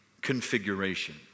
configuration